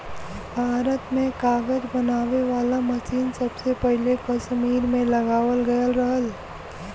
भारत में कागज बनावे वाला मसीन सबसे पहिले कसमीर में लगावल गयल रहल